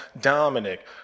Dominic